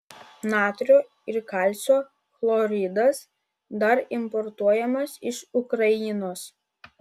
natrio ir kalcio chloridas dar importuojamas iš ukrainos